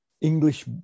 English